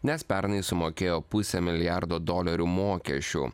nes pernai sumokėjo pusę milijardo dolerių mokesčių